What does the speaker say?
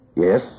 Yes